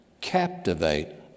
captivate